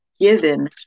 given